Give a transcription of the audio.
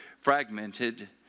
fragmented